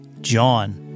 John